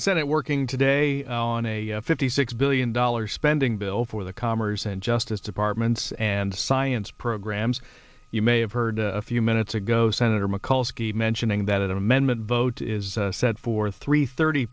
senate working today on a fifty six billion dollars spending bill for the commerce and justice departments and the science programs you may have heard a few minutes ago senator mikulski mentioning that amendment vote is set for three thirty